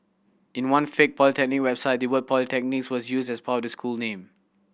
in one fake polytechnic website the word Polytechnics was used as part of the school name